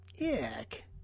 ick